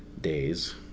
days